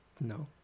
No